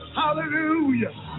hallelujah